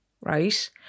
right